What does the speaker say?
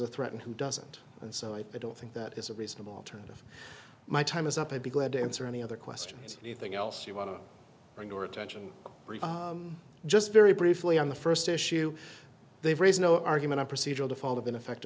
a threat and who doesn't and so i don't think that is a reasonable alternative my time is up i'd be glad to answer any other questions anything else you want to bring your attention just very briefly on the first issue they've raised no argument a procedural default of ineffect